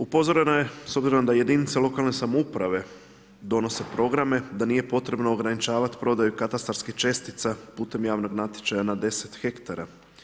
Upozoreno je s obzirom da jedinice lokalne samouprave donose programe, da nije potrebno ograničavati prodaju katastarskih čestica putim javnog natječaja na 10 hektara.